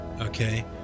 okay